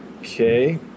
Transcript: Okay